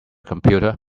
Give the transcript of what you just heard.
computer